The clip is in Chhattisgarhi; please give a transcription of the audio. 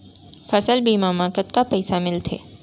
फसल बीमा म कतका पइसा मिलथे?